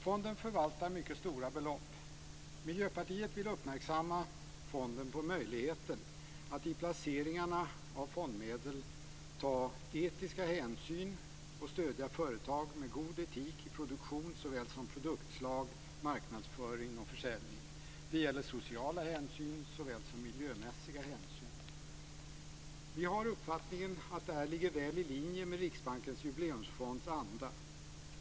Fonden förvaltar mycket stora belopp. Miljöpartiet vill uppmärksamma fonden på möjligheten att i placeringarna av fondmedel ta etiska hänsyn och stödja företag med god etik i fråga om produktion såväl som produktslag, marknadsföring och försäljning. Det gäller sociala hänsyn såväl som miljömässiga hänsyn. Vi har uppfattningen att det här ligger väl i linje med Riksbankens Jubileusmsfonds anda.